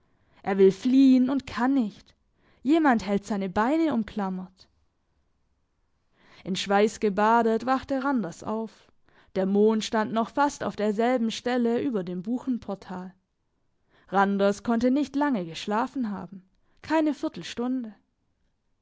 er will fliehen und kann nicht jemand hält seine beine umklammert in schweiss gebadet wachte randers auf der mond stand noch fast auf derselben stelle über dem buchenportal randers konnte nicht lange geschlafen haben keine viertelstunde